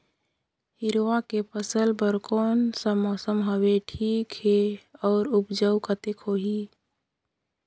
हिरवा के फसल बर कोन सा मौसम हवे ठीक हे अउर ऊपज कतेक होही?